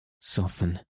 soften